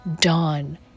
dawn